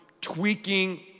tweaking